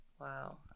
Wow